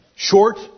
Short